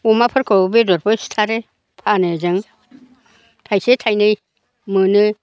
अमाफोरखौ बेदरफोर सिथारो फानो जों थाइसे थाइनै मोनो